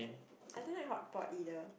I don't like hotpot either